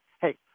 hey